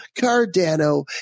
Cardano